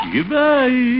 Goodbye